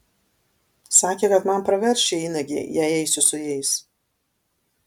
sakė kad man pravers šie įnagiai jei eisiu su jais